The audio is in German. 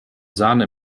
sahne